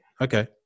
Okay